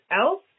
else